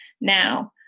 now